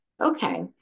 Okay